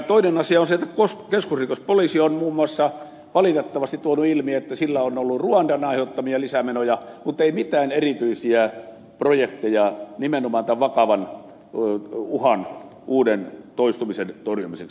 toinen asia on se että keskusrikospoliisi on muun muassa valitettavasti tuonut ilmi että sillä on ollut ruandan aiheuttamia lisämenoja mutta ei mitään erityisiä projekteja nimenomaan tämän vakavan uhan toistumisen torjumiseksi